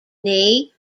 knee